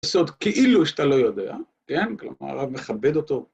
‫לעשות כאילו שאתה לא יודע, כן? ‫כלומר, הרב מכבד אותו.